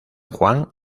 juan